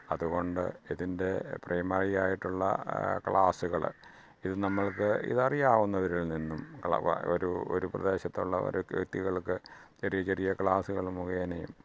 അതുകൊണ്ട് ഇതിന്റെ പ്രൈമറി ആയിട്ടുള്ള ക്ലാസ്സുകൾ ഇത് നമുക്ക് ഇത് അറിയാവുന്നവരില് നിന്നും ഒരു ഒരു പ്രദേശത്തുള്ള ഒരു വ്യക്തികള്ക്ക് ചെറിയ ചെറിയ ക്ലാസ്സുകൾ മുഖേനയും